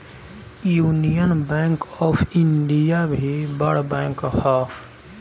union Bank of India भी बड़ bank हअ